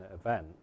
event